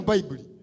Bible